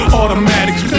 automatics